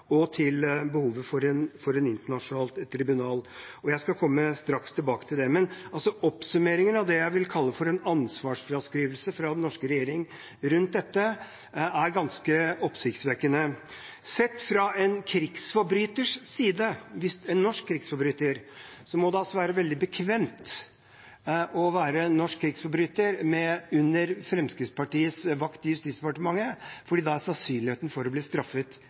og til behovet for et internasjonalt tribunal. Jeg skal straks komme tilbake til det. Oppsummeringen av det jeg vil kalle en ansvarsfraskrivelse fra den norske regjeringens side rundt dette, er ganske oppsiktsvekkende. Sett fra en norsk krigsforbryters side må det være veldig bekvemt å være norsk krigsforbryter på Fremskrittspartiets vakt i Justis- og beredskapsdepartementet, for da er sannsynligheten for å bli straffet